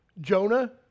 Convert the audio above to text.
Jonah